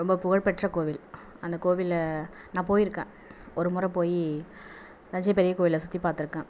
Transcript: ரொம்ப புகழ்பெற்ற கோவில் அந்த கோவிலை நான் போயிருக்கேன் ஒரு முறை போய் தஞ்சை பெரிய கோவிலை சுற்றி பார்த்துருக்கேன்